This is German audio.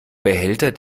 behälter